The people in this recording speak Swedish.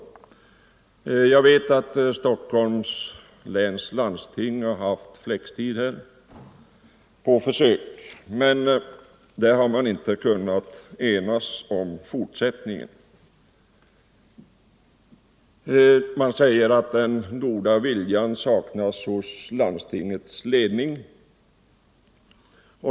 ltr Jag vet att Stockholms läns landsting har haft flextid på försök, men — Jämställdhet där har man inte kunnat enas om fortsättningen. Man säger att den = mellan män och goda viljan saknas hos landstingets ledning.